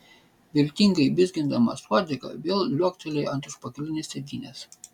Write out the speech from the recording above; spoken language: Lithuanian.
viltingai vizgindamas uodegą vėl liuoktelėjo ant užpakalinės sėdynės